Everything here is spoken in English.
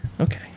Okay